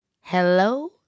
Hello